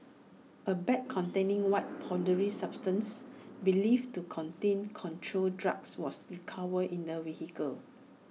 A bag containing white powdery substances believed to contain controlled drugs was recovered in the vehicle